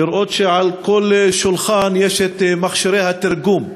לראות שעל כל שולחן יש מכשירי תרגום.